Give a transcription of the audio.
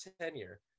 tenure